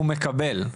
הוא מקבל.